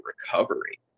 recovery